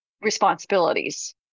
responsibilities